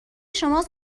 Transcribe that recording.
شماست